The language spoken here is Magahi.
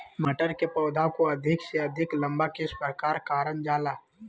मटर के पौधा को अधिक से अधिक लंबा किस प्रकार कारण जाला?